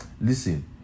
Listen